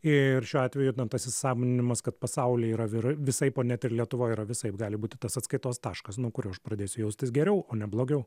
ir šiuo atveju ten tas įsisąmoninimas kad pasauly yra visaip o net ir lietuvoj yra visaip gali būti tas atskaitos taškas nuo kurio aš pradėsiu jaustis geriau o ne blogiau